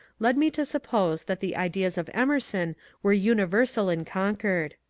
led me to suppose that the ideas of emerson were universal in concord.